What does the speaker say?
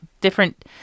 different